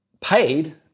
paid